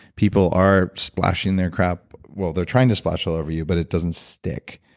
people are splashing their crap. well, they're trying to splash all over you but it doesn't stick.